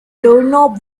doorknob